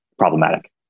problematic